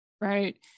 Right